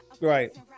Right